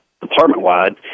department-wide